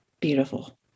Beautiful